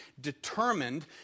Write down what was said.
determined